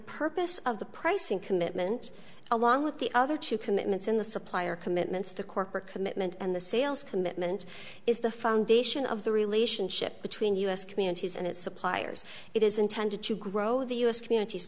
purpose of the pricing commitment along with the other two commitments in the supplier commitments the corporate commitment and the sales commitment is the foundation of the relationship between us communities and its suppliers it is intended to grow the u s communities